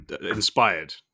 inspired